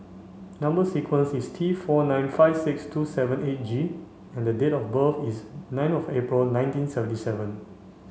number sequence is T four nine five six two seven eight G and the date of birth is nine of April nineteen seventy seven